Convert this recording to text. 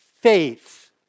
faith